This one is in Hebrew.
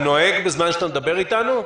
אתה נוהג בזמן שאתה מדבר איתנו?